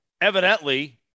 evidently